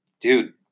Dude